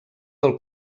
del